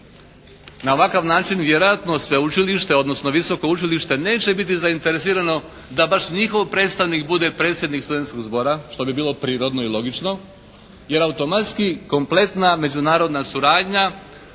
Na ovakav način vjerojatno sveučilište odnosno visoko učilište neće biti zainteresirano da baš njihov predstavnik bude predsjednik studentskog zbora što bi bilo prirodno i logično, jer automatski kompletna međunarodna suradnja